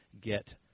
get